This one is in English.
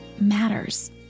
matters